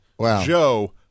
Joe